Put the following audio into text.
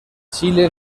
xile